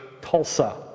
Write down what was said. Tulsa